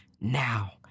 now